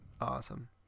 awesome